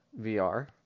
VR